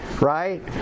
right